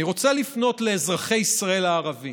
אני רוצה לפנות לאזרחי ישראל הערבים: